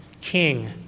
king